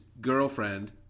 girlfriend